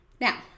now